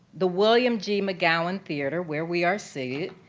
the william g. mcgowan theatre, where we are seated,